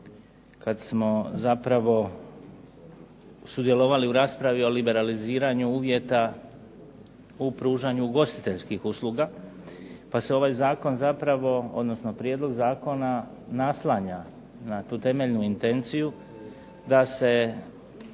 kad smo zapravo sudjelovali u raspravi o liberaliziranju uvjeta u pružanju ugostiteljskih usluga pa se ovaj zakon zapravo, odnosno prijedlog zakona naslanja na tu temeljnu intenciju da se